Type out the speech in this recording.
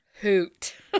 hoot